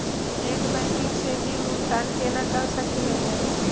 Net banking स bill भुगतान केना कर सकली हे?